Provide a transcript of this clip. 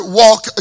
walk